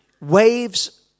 Waves